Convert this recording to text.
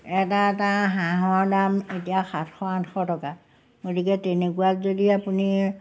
এটা এটা হাঁহৰ দাম এতিয়া সাতশ আঠশ টকা গতিকে তেনেকুৱাত যদি আপুনি